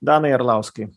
danai arlauskai